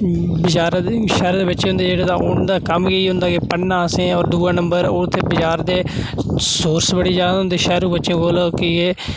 बजारै दे शैह्रे दे बिच्च होंदे जेह्ड़े तां ओह् उं'दा कम्म गै इ'यै होंदा के पढ़ना असें ते होर दूआ नंबर ओह् उत्थै बजार दे सोर्स बड़े जादा होंदे शैह्रू बच्चे कोल कि जे